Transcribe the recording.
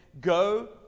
go